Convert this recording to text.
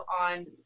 on